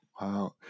Wow